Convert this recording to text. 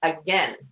again